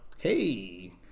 Hey